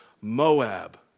Moab